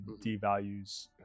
devalues